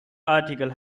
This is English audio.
articles